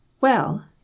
Well